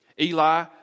Eli